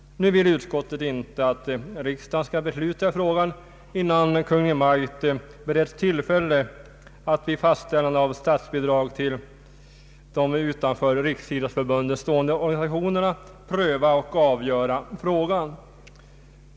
Nu vill utskottet inte att riksdagen skall besluta i frågan innan Kungl. Maj:t beretts tillfälle att vid fastställandet av statsbidrag till de utanför Riksidrottsförbundet stående organisationerna pröva och avgöra frågan.